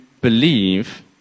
believe